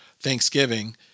thanksgiving